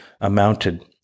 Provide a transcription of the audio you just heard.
amounted